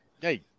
Hey